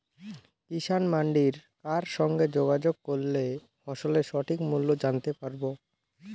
কিষান মান্ডির কার সঙ্গে যোগাযোগ করলে ফসলের সঠিক মূল্য জানতে পারবো?